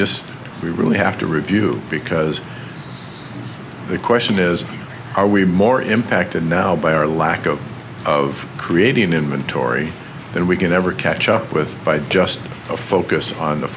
just we really have to review because the question is are we more impacted now by our lack of of creating inventory than we can ever catch up with by just a focus on